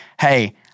hey